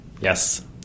Yes